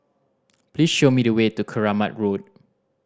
please show me the way to Keramat Road